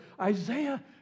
Isaiah